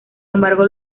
embargo